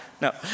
no